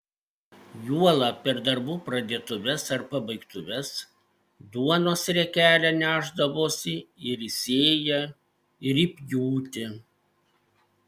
juolab per darbų pradėtuves ar pabaigtuves duonos riekelę nešdavosi ir į sėją ir į pjūtį